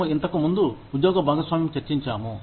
మేము ఇంతకు ముందు ఉద్యోగ భాగస్వామ్యం చర్చించాము